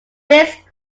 fiske